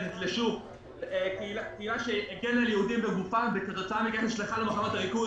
מדובר בקהילה שהגנה על יהודים בגופה וכתוצאה מכך נשלחה למחנות ריכוז.